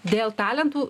dėl talentų